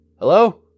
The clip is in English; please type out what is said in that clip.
Hello